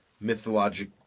mythologic